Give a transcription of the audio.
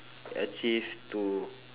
achieve to